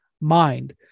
mind